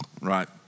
right